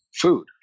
food